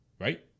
right